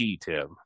Tim